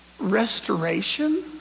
Restoration